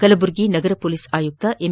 ಕಲಬುರಗಿ ನಗರ ಮೋಲಿಸ್ ಆಯುಕ್ತ ಎಂ